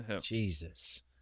Jesus